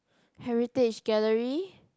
heritage gallery